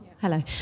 hello